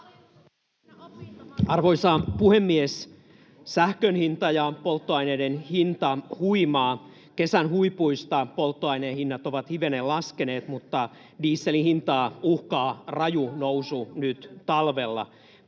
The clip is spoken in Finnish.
Arvoisa puhemies! Sähkön hinta ja polttoaineiden hinta huimaa. Kesän huipuista polttoaineen hinnat ovat hivenen laskeneet, mutta dieselin hintaa uhkaa raju nousu nyt talvella.